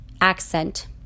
accent